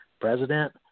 president